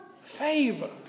Favor